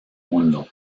mundo